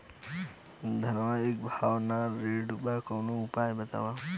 धनवा एक भाव ना रेड़त बा कवनो उपाय बतावा?